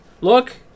Look